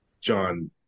John